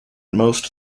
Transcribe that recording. most